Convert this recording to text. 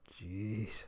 jeez